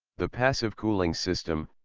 the passive cooling system,